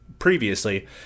Previously